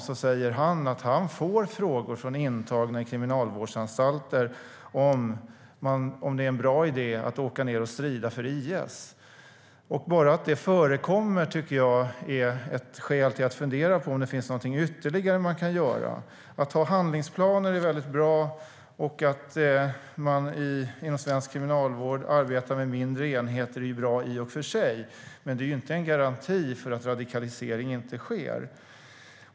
Han säger att han får frågor från intagna i kriminalvårdsanstalter om huruvida det är en bra idé att åka ned och strida för IS. Bara att det förekommer tycker jag är ett skäl att fundera på om det finns någonting ytterligare man kan göra. Att ha handlingsplaner är väldigt bra, och att man inom svensk kriminalvård arbetar med mindre enheter är bra, i och för sig, men det är inte en garanti för att radikalisering inte sker.